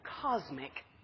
cosmic